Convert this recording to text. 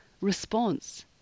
response